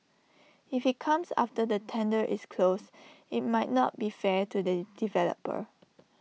if IT comes after the tender is closed IT might not be fair to the developer